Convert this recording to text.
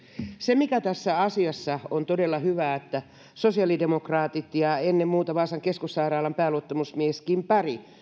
se mikä tässä asiassa on todella hyvää on että sosiaalidemokraatit ja ennen muuta vaasan keskussairaalan pääluottamusmies kim berg